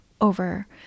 over